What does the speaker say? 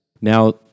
Now